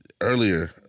Earlier